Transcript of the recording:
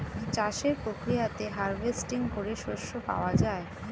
চাষের প্রক্রিয়াতে হার্ভেস্টিং করে শস্য পাওয়া যায়